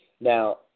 now